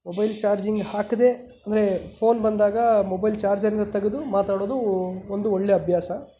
mobile charging ಹಾಕದೇ ಅಂದರೆ phone ಬಂದಾಗ ಮೊಬೈಲ್ ಚಾರ್ಜರ್ನ ತೆಗೆದು ಮಾತಾಡೋದು ಒಂದು ಒಳ್ಳೆಯ ಅಭ್ಯಾಸ